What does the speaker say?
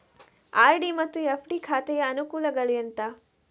RD ಮತ್ತು FD ಖಾತೆಯ ಅನುಕೂಲಗಳು ಎಂತ?